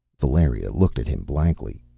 valeria looked at him blankly,